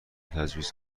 تجویز